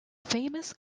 famous